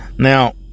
Now